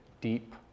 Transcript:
deep